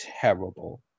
terrible